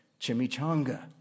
chimichanga